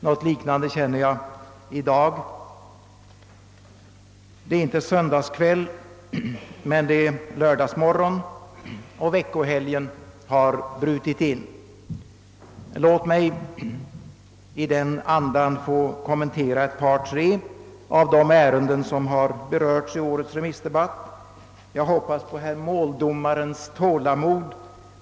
Något liknande känner jag i dag: det är inte söndagskväll, men det är lördagsmorgon och veckohelgen har brutit in. Låt mig i denna anda få kommentera ett par tre av de ärenden som berörts i årets remissdebatt. Jag hoppas på herr måldomarens tålamod.